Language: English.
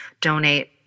donate